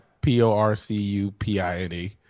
p-o-r-c-u-p-i-n-e